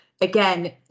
again